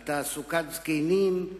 על תעסוקת זקנים,